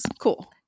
Cool